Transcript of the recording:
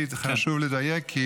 כי זה חשוב לדייק,